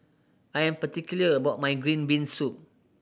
I am particular about my green bean soup